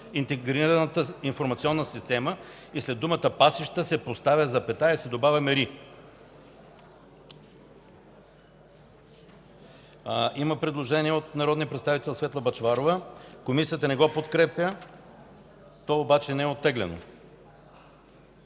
„Интегрираната информационна система” и след думата „пасища” се поставя запетая и се добавя „мери”.” Има предложение от народния представител Светла Бъчварова. Комисията не го подкрепя, то обаче не е оттеглено.